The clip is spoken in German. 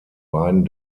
beiden